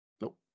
Nope